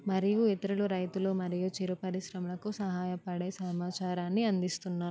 మరియు ఇతరులు రైతులు మరియు చిరు పరిశ్రమలకు సహాయపడే సమాచారాన్ని అందిస్తున్నాను